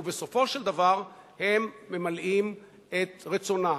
ובסופו של דבר הם ממלאים את רצונם,